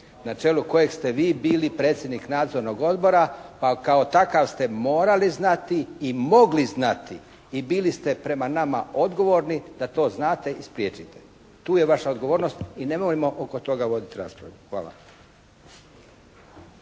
Na čelu kojeg ste vi bili predsjednik nadzornog odbora pa kao takav ste morali znati i mogli znati i bili ste prema nama odgovorni da to znate i spriječite. Tu je vaša odgovornost. I nemojmo oko toga voditi raspravu. Hvala.